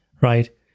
right